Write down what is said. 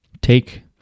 take